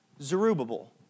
Zerubbabel